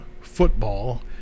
football